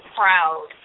proud